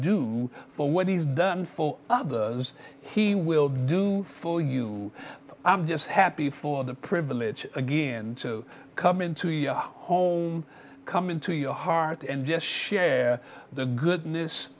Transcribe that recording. do for what he's done for others he will do for you but i'm just happy for the privilege again to come into your home come into your heart and just share the goodness